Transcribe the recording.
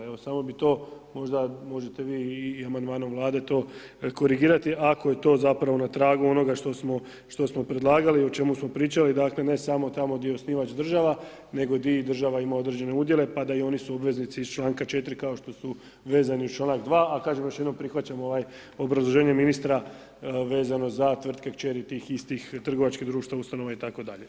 Evo, samo bi to možda možete vi i amandmanom Vlade to korigirati, ako je to zapravo na tragu onoga što smo predlagali o čemu smo pričali, dakle ne samo tamo gdje je osnivač država nego gdje i država ima određene udjele, pa da i oni su obveznici iz članka 4. kao što su vezani uz članka 2, a kažem još jednom prihvaćam ovaj obrazloženje ministra vezano za tvrtke kćeri tih istih trgovačkih društava, ustanova itd.